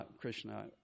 Krishna